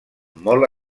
molt